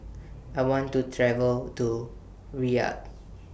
I want to travel to Riyadh